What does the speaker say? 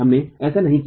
हमने ऐसा नहीं किया